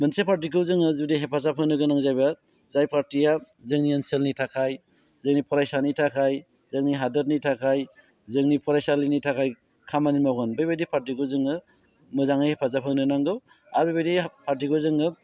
मोनसे पार्टिखौ जोङो जुदि हेफाजाब होनो गोनां जायोब्ला जाय पार्टिया जोंनि ओनसोलनि थाखाय जोंनि फरायसानि थाखाय जोंनि हादोदनि थाखाय जोंनि फरायसालिनि थाखाय खामानि मावगोन बेबायदि पार्टिखौ जोङो मोजाङै हेफाजाब होनो नांगौ आरो बेबायदि पार्टिखौ जोङो